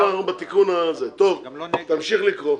תמשיך לקרוא.